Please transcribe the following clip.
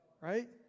Right